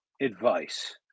advice